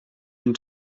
une